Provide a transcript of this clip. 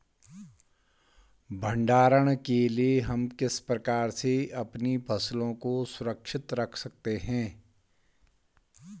भंडारण के लिए हम किस प्रकार से अपनी फसलों को सुरक्षित रख सकते हैं?